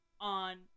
on